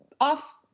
off